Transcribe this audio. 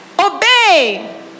Obey